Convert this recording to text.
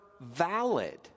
valid